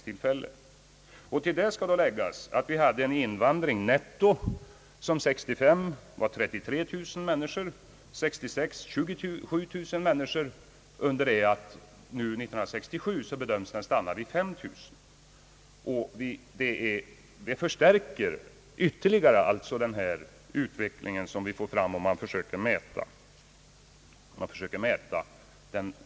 Till detta skall läggas att vi hade en invandring netto som år 1965 var 33 000 och år 1966 27000 människor, under det att invandringen år 1967 bedöms stanna vid 6 000.